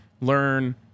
learn